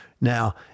Now